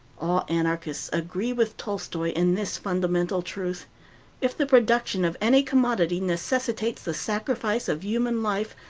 all anarchists agree with tolstoy in this fundamental truth if the production of any commodity necessitates the sacrifice of human life,